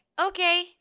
Okay